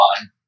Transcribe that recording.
on